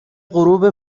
غروب